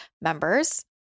members